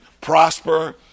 prosper